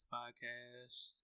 podcast